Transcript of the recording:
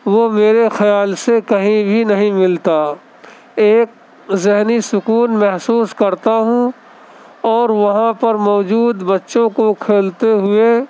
وہ میرے خیال سے کہیں بھی نہیں ملتا ایک ذہنی سکون محسوس کرتا ہوں اور وہاں پر موجود بچوں کو کھیلتے ہوئے